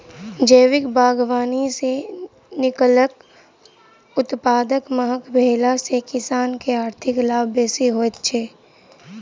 जैविक बागवानी सॅ निकलल उत्पाद महग भेला सॅ किसान के आर्थिक लाभ बेसी होइत छै